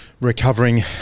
recovering